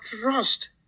trust